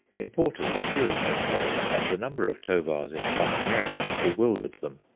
importers were few in those days, and the number of tovars in south america bewildered them.